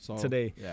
today